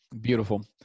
beautiful